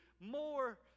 more